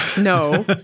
No